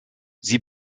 sie